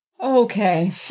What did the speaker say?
Okay